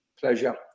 Pleasure